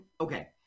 okay